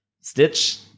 Stitch